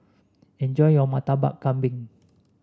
enjoy your Murtabak Kambing